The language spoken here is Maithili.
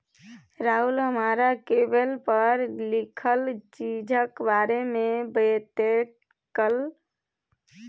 राहुल हमरा लेवल पर लिखल चीजक बारे मे बतेलक